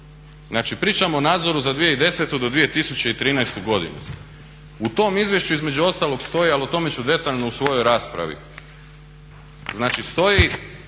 znači pričamo o nadzoru za 2010.do 2013.godine. U tom izvješću između ostalog stoji, ali o tome ću detaljno u svojoj raspravi, znači stoji